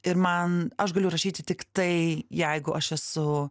ir man aš galiu rašyti tiktai jeigu aš esu